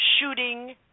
shooting